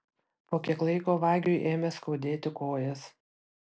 po kiek laiko vagiui ėmė skaudėti kojas